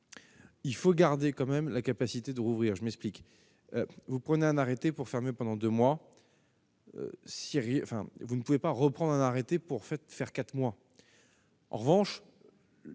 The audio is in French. il faut garder quand même la capacité de rouvrir, je m'explique : vous prenez un arrêté pour fermer pendant 2 mois. Syrie enfin et vous ne pouvez pas reprendre un arrêté pour faire 4 mois